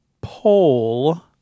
pole